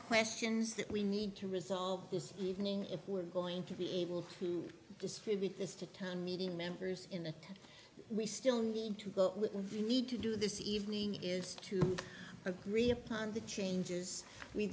questions that we need to resolve this evening if we're going to be able to distribute this to turn meeting members in that we still need to go you need to do this evening is to agree upon the changes we